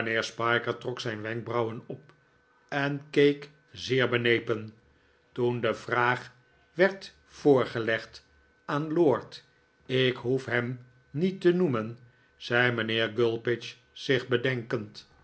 trok zijn wenkbrauwen op en keek zeer benepen toen de vraag werd voorgelegd aan lord ik hoef hem niet te noemen zei mijnheer gulpidge zich bedenkend